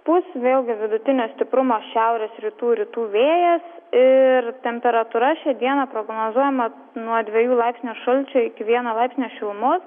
pūs vėlgi vidutinio stiprumo šiaurės rytų rytų vėjas ir temperatūra šią dieną prognozuojama nuo dviejų laipsnių šalčio iki vieno laipsnio šilumos